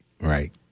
right